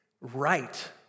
right